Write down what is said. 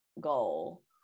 goal